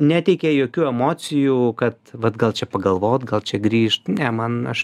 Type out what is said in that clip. neteikia jokių emocijų kad vat gal čia pagalvot gal čia grįžt ne man aš